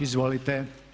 Izvolite.